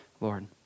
Lord